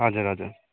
हजुर हजुर